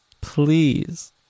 Please